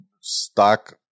stock